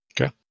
Okay